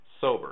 sober